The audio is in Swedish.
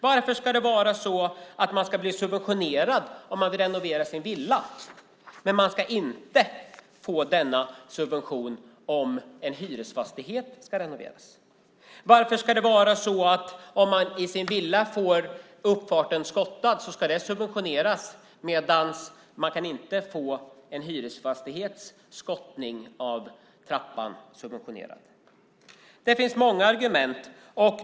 Varför ska det vara så att det subventioneras om man vill renovera sin villa men att man inte får denna subvention om en hyresfastighet ska renoveras? Varför ska det vara så att om man får uppfarten till sin villa skottad ska det subventioneras medan man inte kan få skottning av trappan till en hyresfastighet subventionerad? Det finns många argument.